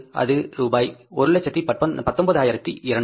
அது ரூபாய் 119200 கிடைக்கும் சரியா